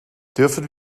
dürfen